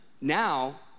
Now